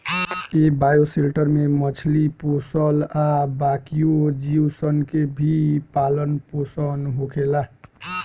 ए bioshelter में मछली पोसल आ बाकिओ जीव सन के भी पालन पोसन होखेला